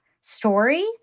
story